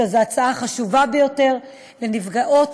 שזו הצעה חשובה ביותר לנפגעות,